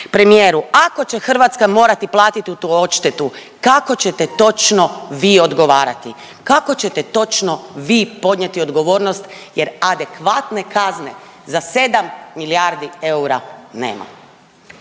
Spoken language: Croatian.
premijeru, ako će Hrvatska morati platiti tu odštetu kako ćete točno vi odgovarati? Kako ćete točno vi podnijeti odgovornost jer adekvatne kazne za 7 milijardi eura nema?